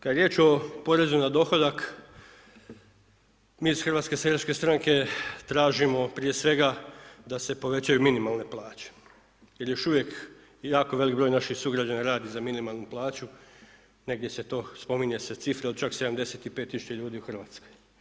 Kad je riječ o porezu na dohodak mi iz HSS-a tražimo prije svega da se povećaju minimalne plaće, jer još uvijek jako velik broj naših sugrađana radi za minimalnu plaću, negdje se to spominje se cifra od čak 75.000 ljudi u Hrvatskoj.